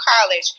college